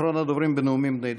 אחרון הדוברים בנאומים בני דקה.